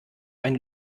ein